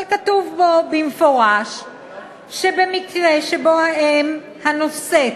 אבל כתוב בו במפורש שבמקרה שבו האם הנושאת,